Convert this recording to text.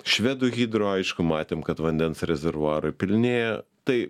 švedų hidro aišku matėm kad vandens rezervuarai pilnėjo tai